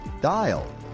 dial